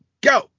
Go